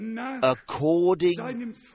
According